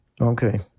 Okay